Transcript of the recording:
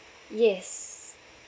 yes